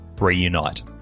reunite